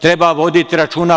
Treba voditi računa.